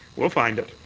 we'll find it.